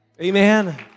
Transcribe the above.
Amen